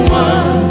one